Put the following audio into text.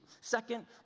Second